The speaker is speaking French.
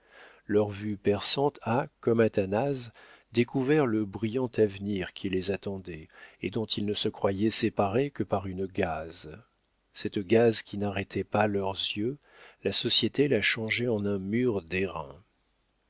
leur vue perçante a comme athanase découvert le brillant avenir qui les attendait et dont ils ne se croyaient séparés que par une gaze cette gaze qui n'arrêtait pas leurs yeux la société la changeait en un mur